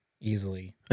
Easily